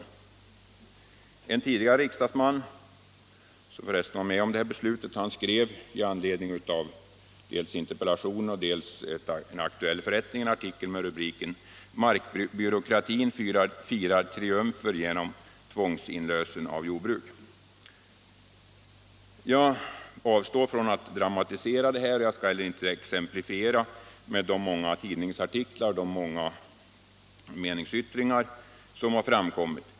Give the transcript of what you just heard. Fredagen den En tidigare riksdagsman, som för resten var med om att fatta det ak 22 april 1977 tuella beslutet, skrev i anledning dels av min interpellation, dels aven ILL aktuell förrättning en artikel med rubriken ”Markbyråkratin firar triumfer Om inlösen av mark genom tvångslösen av jordbruk”. vid fastighetsregle Jag har avstått från att dramatisera, och jag skall inte heller exemplifiera — ring med de många tidningsartiklar och meningsyttringar som har framkommit.